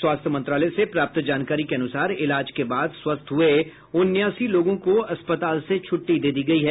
स्वास्थ्य मंत्रालय से प्राप्त जानकारी के अनुसार इलाज के बाद स्वस्थ्य हुए उनासी लोगों को अस्पताल से छुट्टी दे दी गयी है